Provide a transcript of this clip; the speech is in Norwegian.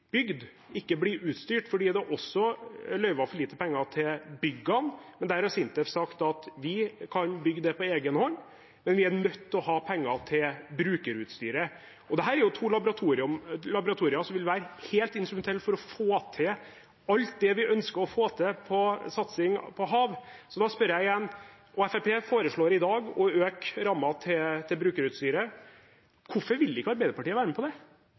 bygd, ikke blir utstyrt, fordi det også er løyvet for lite penger til byggene. Der har SINTEF sagt at de kan bygge på egenhånd, men at de er nødt til å ha penger til brukerutstyret. Dette er to laboratorier som vil være helt instrumentelle for å få til alt det vi ønsker å få til på satsing på hav. Så da spør jeg igjen: Fremskrittspartiet foreslår i dag å øke rammen til brukerutstyret – hvorfor vil ikke Arbeiderpartiet være med på det?